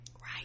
Right